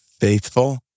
faithful